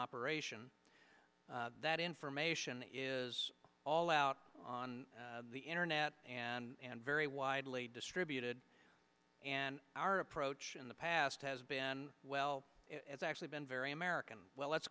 operation that information is all out on the internet and very widely distributed and our approach in the past has been well it's actually been very american well let's